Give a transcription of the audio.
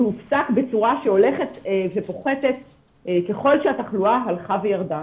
והוא הופסק בצורה שהולכת ופוחתת ככל שהתחלואה הלכה וירדה.